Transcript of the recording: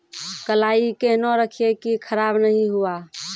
कलाई केहनो रखिए की खराब नहीं हुआ?